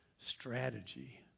strategy